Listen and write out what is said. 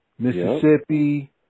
Mississippi